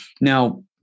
now